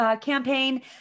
campaign